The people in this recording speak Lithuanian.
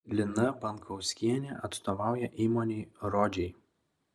lina bankauskienė atstovauja įmonei rodžiai